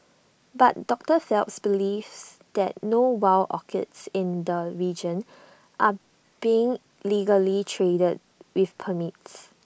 but doctor Phelps believes that no wild orchids in the region are being legally traded with permits